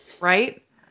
right